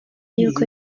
y’uko